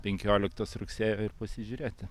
penkioliktos rugsėjo ir pasižiūrėti